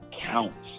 counts